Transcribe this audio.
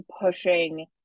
pushing